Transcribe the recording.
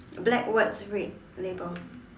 black words red label